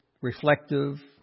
reflective